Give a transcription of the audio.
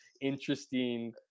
interesting